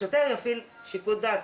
השוטר יפעיל שיקול דעת.